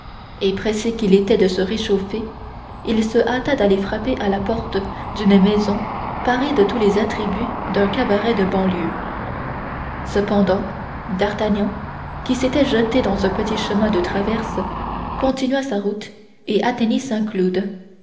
et pressé qu'il était de se réchauffer il se hâta d'aller frapper à la porte d'une maison parée de tous les attributs d'un cabaret de banlieue cependant d'artagnan qui s'était jeté dans un petit chemin de traverse continuait sa route et atteignait